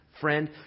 friend